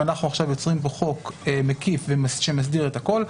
אם אנחנו עכשיו יוצרים פה חוק מקיף שמסדיר את הכול,